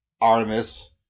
Artemis